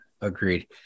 Agreed